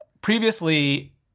previously